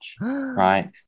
right